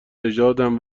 نژادم